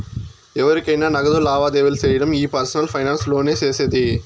ఎవురికైనా నగదు లావాదేవీలు సేయడం ఈ పర్సనల్ ఫైనాన్స్ లోనే సేసేది